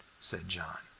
said john.